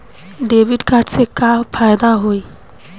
Debit card से का फायदा होई?